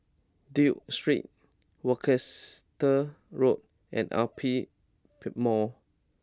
Duke Street Worcester Road and Aperia pep Mall